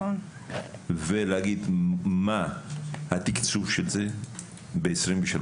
ולהגיד מה התקצוב של זה ב-2023,